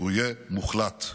הוא יהיה מוחלט.